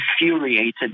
infuriated